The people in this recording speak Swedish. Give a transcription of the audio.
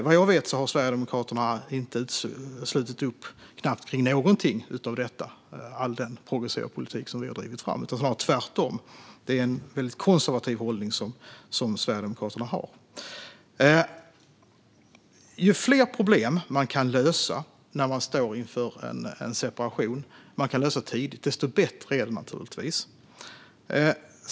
Vad jag vet har Sverigedemokraterna nästan inte slutit upp kring någonting av all denna progressiva politik som vi har drivit fram, snarare tvärtom. Det är en väldigt konservativ hållning som Sverigedemokraterna har. Ju fler problem man kan lösa tidigt när man står inför en separation, desto bättre är det naturligtvis.